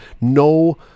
no